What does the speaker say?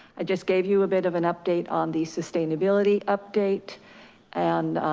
i just gave you a bit of an update on the sustainability update and,